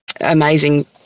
amazing